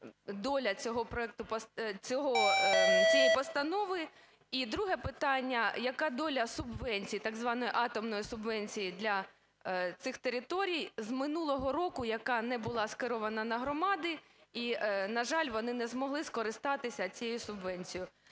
доля цієї постанови? І друге питання. Яка доля субвенцій так званої атомної субвенції для цих територій, з минулого року яка не була скерована на громади і, на жаль, вони не могли скористатися цією субвенцією?